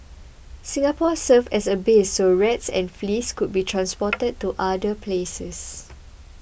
Singapore served as a base so rats and fleas could be transported to other places